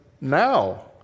now